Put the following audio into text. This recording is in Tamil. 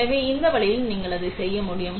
எனவே இந்த வழியில் நீங்கள் அதை செய்ய முடியும்